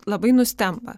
labai nustemba